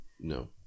no